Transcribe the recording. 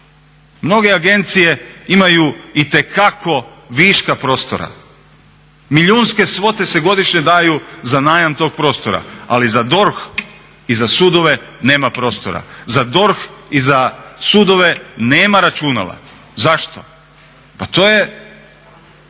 mnoge agencije imaju itekako viška prostora. Milijunske svote se godišnje daju za najam tog prostora ali za DORH i za sudove nema prostora. Za DORH i za sudove nema računala. Zašto? pa to je